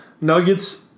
Nuggets